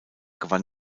gewann